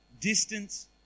Distance